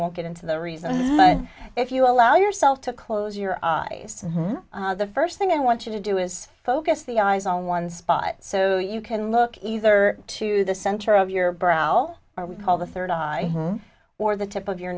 won't get into the reason but if you allow yourself to close your eyes to the first thing i want you to do is focus the eyes on one spot so you can look either to the center of your brow or we call the third eye or the tip of your